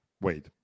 wait